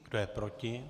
Kdo je proti?